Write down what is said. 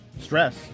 stress